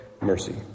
mercy